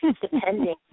depending